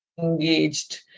engaged